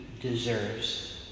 deserves